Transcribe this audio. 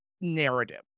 narrative